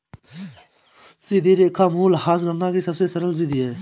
सीधी रेखा मूल्यह्रास गणना की सबसे सरल विधि है